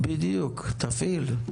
בדיוק, תפעיל.